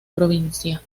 provincia